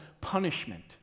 punishment